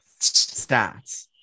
Stats